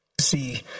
see